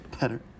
better